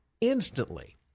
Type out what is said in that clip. instantly